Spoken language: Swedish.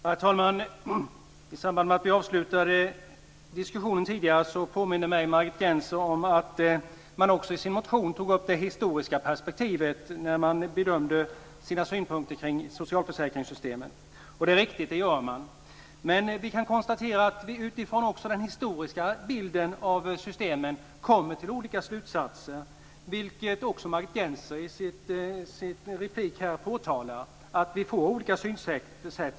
Herr talman! I samband med att vi avslutade diskussionen tidigare påminde Margit Gennser mig om att man i sin motion också tog upp det historiska perspektivet när man förde fram sina synpunkter på socialförsäkringssystemen. Det är riktigt. Det gör man. Men vi kan konstatera att vi utifrån den historiska bilden av systemen kommer till olika slutsatser, vilket också Margit Gennser påtalar i sin replik här.